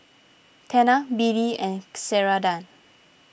Tena B D and Ceradan